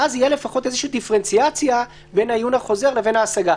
אז תהיה לפחות איזושהי דיפרנציאציה בין העיון החוזר לבין ההשגה.